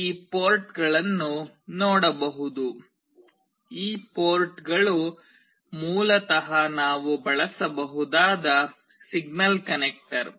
ನೀವು ಈ ಪೋರ್ಟ್ಗಳನ್ನು ನೋಡಬಹುದು ಈ ಪೋರ್ಟ್ಗಳು ಮೂಲತಃ ನಾವು ಬಳಸಬಹುದಾದ ಸಿಗ್ನಲ್ ಕನೆಕ್ಟರ್